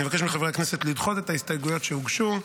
אני מבקש מחברי הכנסת לדחות את ההסתייגויות שהוגשו,